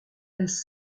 elles